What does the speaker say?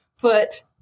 put